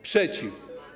Przeciw.